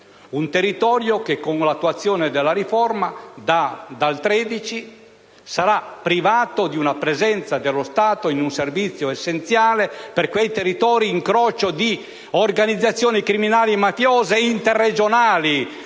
un territorio che, con l'attuazione della riforma, dal 13 sarà privato della presenza dello Stato in un servizio essenziale per una zona incrocio di organizzazioni criminali mafiose interregionali,